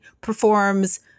performs